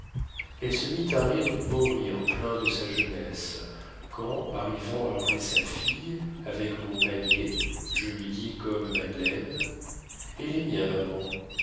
elle se mit à rire du bon rire plein de sa jeunesse quand arrivant après sa fille avec mon panier je lui dis comme madeleine et les miens maman